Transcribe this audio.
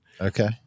Okay